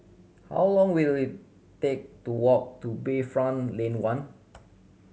how long will it take to walk to Bayfront Lane One